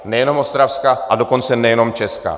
Nejenom Ostravska, a dokonce nejenom Česka.